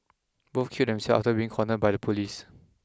both killed themselves after being cornered by the police